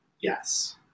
yes